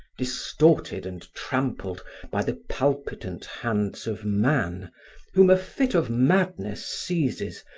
distorted and trampled by the palpitant hands of man whom a fit of madness seizes,